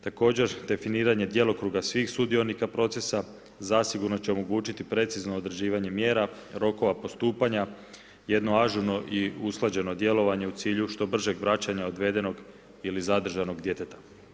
Također definiranje djelokruga svih sudionika procesa zasigurno će omogućiti precizno određivanje mjera, rokova postupanja, jedno ažurno i usklađeno djelovanje u cilju što bržeg vraćanje odvedenog ili zadržanog djeteta.